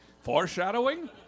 Foreshadowing